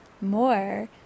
more